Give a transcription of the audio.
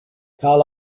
cal